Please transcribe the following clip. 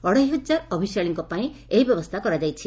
ଅଢ଼େଇ ହଜାର ହବିଷ୍ୟାଳୀଙ୍କ ପାଇଁ ଏହି ବ୍ୟବସ୍ରା କରାଯାଇଛି